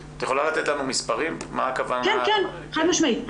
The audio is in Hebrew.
חד משמעית,